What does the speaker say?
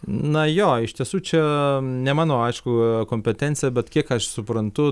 na jo iš tiesų čia ne mano aišku kompetencija bet kiek aš suprantu